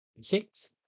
six